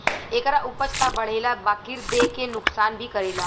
एकरा उपज त बढ़ेला बकिर देह के नुकसान भी करेला